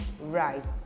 rise